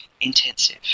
intensive